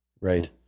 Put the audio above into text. Right